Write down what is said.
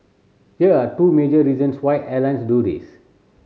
here are two major reasons why airlines do this